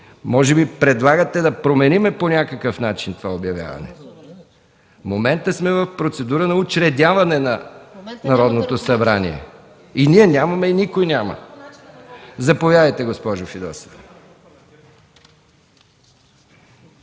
Може би предлагате да променим по някакъв начин това обявяване? В момента сме в процедура на учредяване на Народното събрание. И ние нямаме, никой няма. ИСКРА ФИДОСОВА